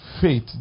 Faith